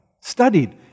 Studied